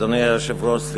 אדוני היושב-ראש,